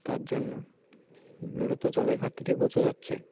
তার জন্য মূলত জলের ঘাটতিটি বোঝা যাচ্ছে